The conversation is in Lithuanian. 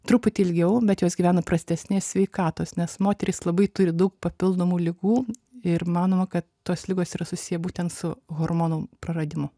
truputį ilgiau bet jos gyvena prastesnės sveikatos nes moterys labai turi daug papildomų ligų ir manoma kad tos ligos yra susiję būtent su hormonų praradimu